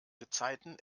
gezeiten